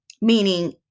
meaning